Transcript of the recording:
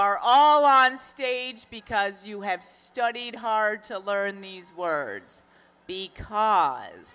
are all on stage because you have studied hard to learn these words be cause